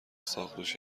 ساقدوش